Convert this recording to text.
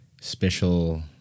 special